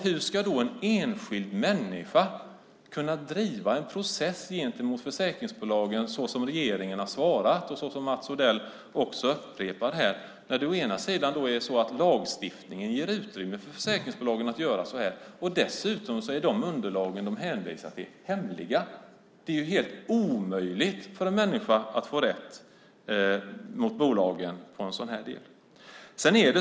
Hur ska en enskild människa kunna driva en process mot försäkringsbolagen, som regeringen har svarat och som Mats Odell upprepar här, när lagstiftningen ger försäkringsbolagen utrymme att göra så här och när dessutom de underlag som de hänvisar till är hemliga? Det är ju helt omöjligt för en människa att få rätt mot bolagen i ett sådant här fall.